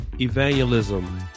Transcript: Evangelism